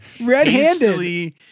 Red-handed